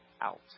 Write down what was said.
out